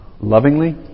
lovingly